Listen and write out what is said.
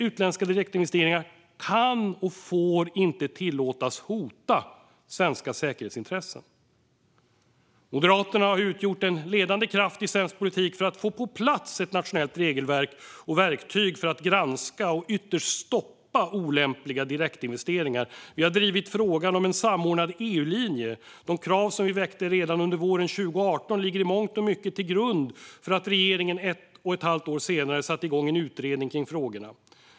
Utländska direktinvesteringar varken kan eller får tillåtas hota svenska säkerhetsintressen. Moderaterna har utgjort en ledande kraft i svensk politik för att få på plats ett nationellt regelverk och verktyg för att granska och ytterst stoppa olämpliga direktinvesteringar. Vi har drivit frågan om en samordnad EU-linje. De krav som vi väckte redan under våren 2018 ligger i mångt och mycket till grund för att regeringen ett och ett halvt år senare satte igång en utredning kring frågorna.